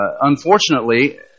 unfortunately